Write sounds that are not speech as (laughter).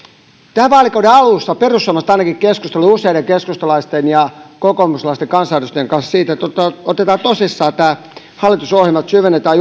tämän vaalikauden alussa ainakin perussuomalaiset ovat keskustelleet useiden keskustalaisten ja kokoomuslaisten kansanedustajien kanssa siitä että otetaan tosissaan tämä hallitusohjelma että syvennetään (unintelligible)